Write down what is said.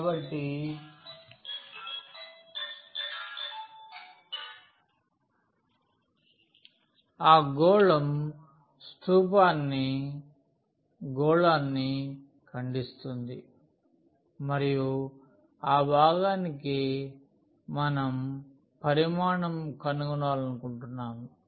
కాబట్టి ఆ గోళం స్థూపాన్ని గోళాన్ని ఖండిస్తుంది మరియు ఆ భాగానికి మనం పరిమాణం కనుగొనాలని అనుకుంటున్నాము